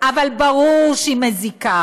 אבל ברור שהיא מזיקה,